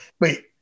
Wait